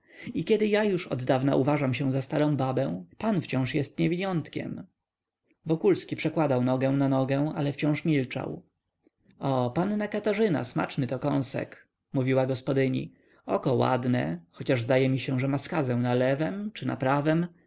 i kiedy ja już oddawna uważam się za starą babę pan wciąż jest niewiniątkiem wokulski przekładał nogę na nogę ale wciąż milczał o panna katarzyna smaczny to kąsek mówiła gospodyni oko ładne choć zdaje mi się że ma skazę na lewem czy na prawem